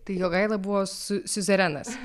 tai jogaila buvo su siuzerenas